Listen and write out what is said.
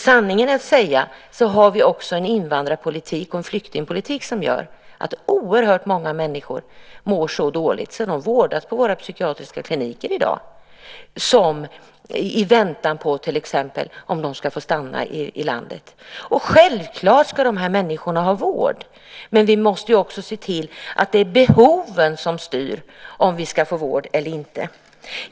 Sanningen att säga har vi också en invandrarpolitik och flyktingpolitik som gör att oerhört många människor mår så dåligt att de vårdas på våra psykiatriska kliniker i dag, i väntan till exempel på besked om de får stanna i landet. Självklart ska de här människorna ha vård, men vi måste också se till att det är behoven som styr om människor ska få vård eller inte.